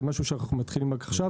זה מה שאנחנו מתחילים רק עכשיו.